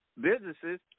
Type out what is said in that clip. businesses